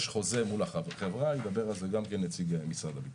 יש חוזה מול החברה, ידבר על זה נציג משרד הביטחון.